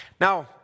Now